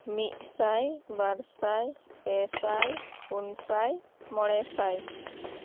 ᱢᱤᱫᱥᱟᱭ ᱵᱟᱨᱥᱟᱭ ᱯᱮᱥᱟᱭ ᱯᱩᱱᱥᱟᱭ ᱢᱚᱬᱮᱥᱟᱭ